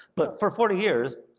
but for forty years,